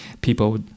People